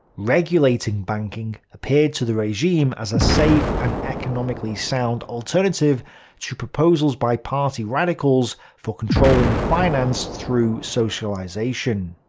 regulating banking appeared to the regime as a safe and economically sound alternative to proposals by party radicals for controlling finance through socialization.